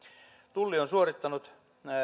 tulli on suorittanut